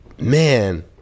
Man